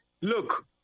look